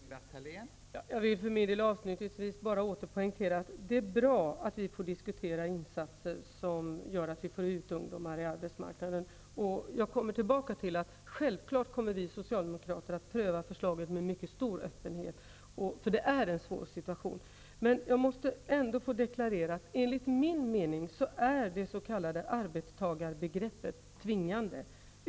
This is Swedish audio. Fru talman! Jag vill för min del avslutningsvis bara poängtera att det är bra att vi får diskutera insatser som gör att vi får ut ungdomar på arbetsmarknaden. Jag kommer tillbaka till att vi socialdemokrater självfallet skall pröva förslaget med mycket stor öppenhet, för det är en svår situation, men jag måste ändå få deklarera att det s.k. arbetstagarbegreppet enligt min mening är tvingande.